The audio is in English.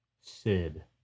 Sid